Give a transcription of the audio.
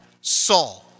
Saul